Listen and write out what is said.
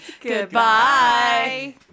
Goodbye